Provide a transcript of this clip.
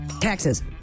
Taxes